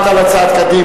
אני דיברתי על הצעת קדימה,